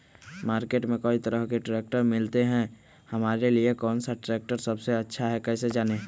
Market में कई तरह के ट्रैक्टर मिलते हैं हमारे लिए कौन सा ट्रैक्टर सबसे अच्छा है कैसे जाने?